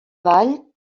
vall